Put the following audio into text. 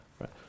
Right